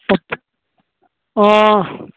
অঁ